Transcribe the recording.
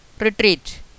retreat